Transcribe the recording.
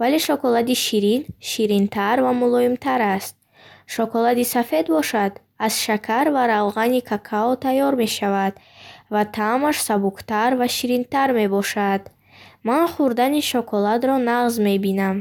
вале шоколади ширин ширинтар ва мулоимтар аст. Шоколади сафед бошад, аз шакар ва равғани какао тайёр мешавад ва таъмаш сабуктар ва ширинтар мебошад. Ман хурдани шоколадро нағз мебинам.